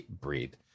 breed